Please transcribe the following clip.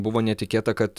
buvo netikėta kad